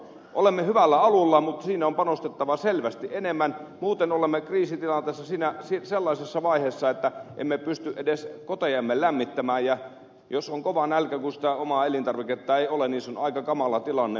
olemme hyvällä alulla mutta siinä on panostettava selvästi enemmän muuten olemme kriisitilanteessa sellaisessa tilanteessa että emme pysty edes kotejamme lämmittämään ja jos on kova nälkä niin kun omia elintarvikkeita ei ole se on aika kamala tilanne